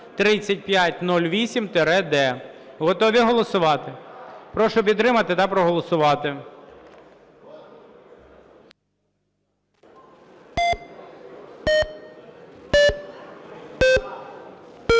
Готові голосувати? Прошу підтримати та проголосувати.